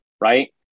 Right